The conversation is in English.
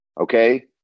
Okay